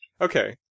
Okay